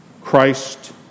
Christ